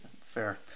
Fair